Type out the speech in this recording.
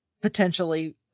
potentially